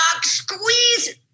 squeeze